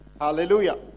hallelujah